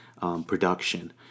production